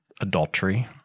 adultery